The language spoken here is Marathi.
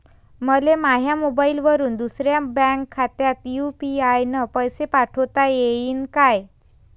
मले माह्या मोबाईलवरून दुसऱ्या बँक खात्यात यू.पी.आय न पैसे पाठोता येईन काय?